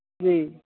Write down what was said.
जी